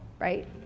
right